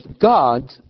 God